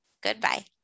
Goodbye